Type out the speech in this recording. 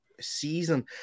season